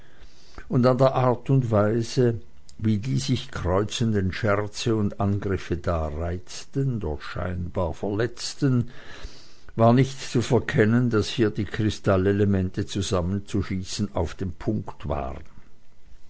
und an der art und weise wie die sich kreuzenden scherze und angriffe da reizten dort scheinbar verletzten war nicht zu verkennen daß hier die kristallelemente zusammenzuschießen auf dem punkte waren